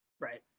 Right